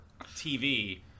TV